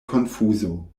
konfuzo